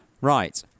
Right